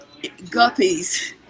guppies